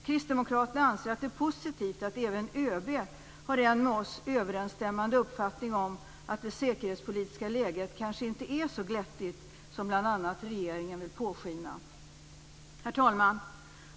Kristdemokraterna anser att det är positivt att även ÖB har en med oss överensstämmande uppfattning om att det säkerhetspolitiska läget kanske inte är så glättigt som bl.a. regeringen vill påskina. Herr talman!